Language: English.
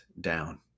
down